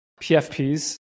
PFPs